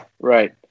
right